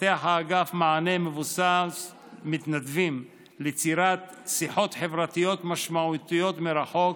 מפתח האגף מענה מבוסס מתנדבים ליצירת שיחות חברתיות משמעותיות מרחוק,